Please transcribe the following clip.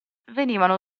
venivano